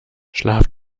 schlaf